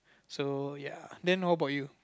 so ya then how about you